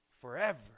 forever